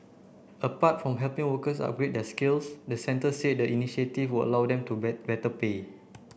apart from helping workers upgrade their skills the centre said the initiative would allow them to get better pay